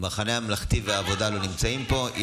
הממלכתי והעבודה לא נמצאים פה.